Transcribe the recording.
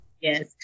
Yes